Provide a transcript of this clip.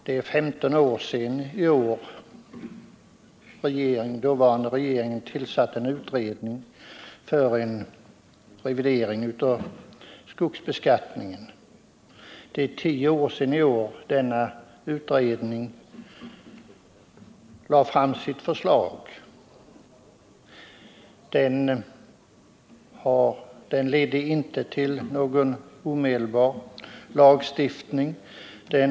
Det är i år 15 år sedan dåvarande regeringen tillsatte en utredning för en revidering av skogsbeskattningen. Det är i år tio år sedan denna utredning lade fram sitt förslag. Det ledde inte till någon lagstiftning omedelbart.